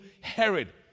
Herod